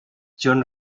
john